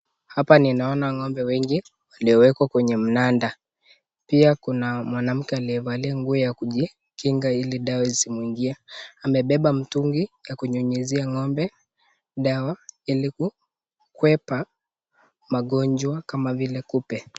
Hapa ninaona ng'ombe wengi ambao waliowekwa kwenye mnada. Pia kuna mwanamke amevalia nguo ya kujikinga ili dawa isimwingie, amebeba mtungi ya kunyunyizia ng'ombe dawa ili kukwepa magonjwa kama vile kupe.